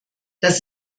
das